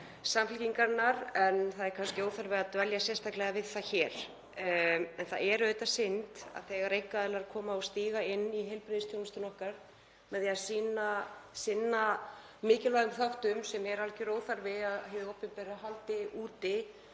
Samfylkingarinnar. En það er kannski óþarfi að dvelja sérstaklega við það hér. Það er auðvitað synd að þegar einkaaðilar koma og stíga inn í heilbrigðisþjónustuna okkar með því að sinna mikilvægum þáttum sem er alger óþarfi að hið opinbera haldi úti,